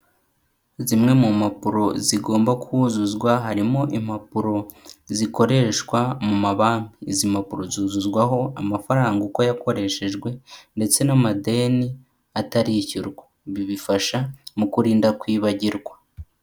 Zimwe mu mpapuro zigomba kuzuzwa, harimo impapuro zikoreshwa mu mabanki. Izi mpapuro zuzuzwaho amafaranga uko yakoreshejwe, ndetse n'amadeni atarishyurwa. Ibi bifasha mu kurinda kwibagirwa.